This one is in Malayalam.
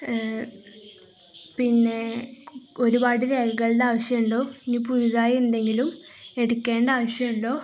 അ പിന്നെ ഒരുപാട് രേഖകളുടെ ആവശ്യമുണ്ടോ ഇനി പുതുതായി എന്തെങ്കിലും എടുക്കേണ്ട ആവശ്യമുണ്ടോ